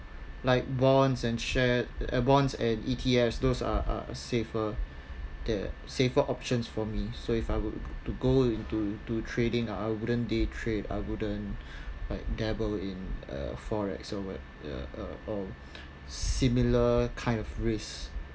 like bonds and share~ uh bonds and E_T_Fs those are uh safer safer options for me so if I were to go into to trading I wouldn't dare trade I wouldn't like dabble in uh forex or what or similar kind of risk